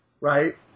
right